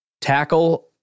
Tackle